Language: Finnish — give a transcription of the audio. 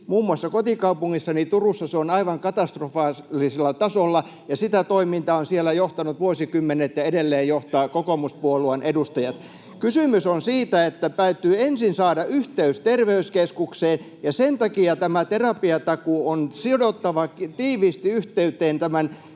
Muun muassa kotikaupungissani Turussa se on aivan katastrofaalisella tasolla, ja sitä toimintaa ovat vuosikymmenet siellä johtaneet ja edelleen johtavat kokoomuspuolueen edustajat. [Eduskunnasta: Ohhoh!] Kysymys on siitä, että täytyy ensin saada yhteys terveyskeskukseen ja sen takia tämä terapiatakuu on sidottava tiiviisti tämän